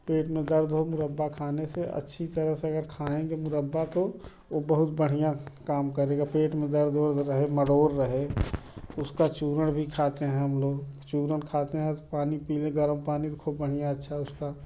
पेट में दर्द हो मुरब्बा खाने से अच्छी तरह से अगर खाएँगे मुरब्बा तो ओ बहुत बढ़िया काम करेगा पेट में दर्द उर्द रहे मरोड़ रहे उसका चुरन भी खाते हैं हम लोग चुरन खाते हैं तो पानी पीले गरम पानी को खूब बढ़िया अच्छा उसका